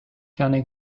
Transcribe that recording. cane